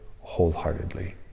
wholeheartedly